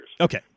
Okay